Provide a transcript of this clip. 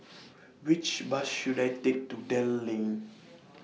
Which Bus should I Take to Dell Lane